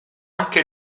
anche